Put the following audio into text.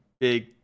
big